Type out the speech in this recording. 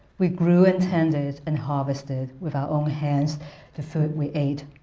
we grew and tended and harvested with our own hands the food we ate,